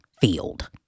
field